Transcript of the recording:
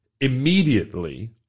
immediately